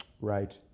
Right